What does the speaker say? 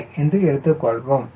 045 என்று எடுத்துக்கொள்வோம்